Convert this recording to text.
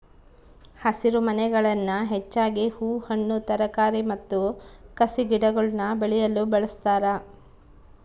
ಹಸಿರುಮನೆಗಳನ್ನು ಹೆಚ್ಚಾಗಿ ಹೂ ಹಣ್ಣು ತರಕಾರಿ ಮತ್ತು ಕಸಿಗಿಡಗುಳ್ನ ಬೆಳೆಯಲು ಬಳಸ್ತಾರ